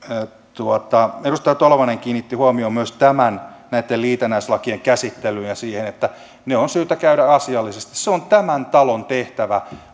edustaja tolvanen kiinnitti huomion myös näitten liitännäislakien käsittelyyn ja siihen että ne on syytä käydä läpi asiallisesti se on tämän talon tehtävä